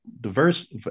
diverse